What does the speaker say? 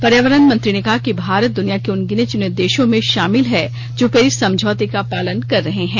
पर्यावरण मंत्री ने कहा कि भारत दुनिया के उन गिने चुने देशों में शामिल है जो पेरिस समझौते का पालन कर रहे हैं